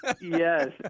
Yes